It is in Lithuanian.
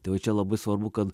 tai va čia labai svarbu kad